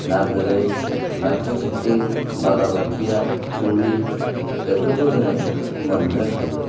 ना गोरि ना फिथिख्रि बाला बोथिया थुरि बेफोरखौ जोङो मोननो हायो